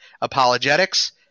apologetics